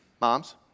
Moms